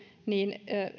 niin